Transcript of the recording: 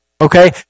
okay